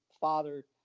father